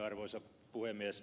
arvoisa puhemies